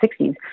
1960s